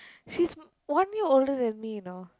she's one year older than me you know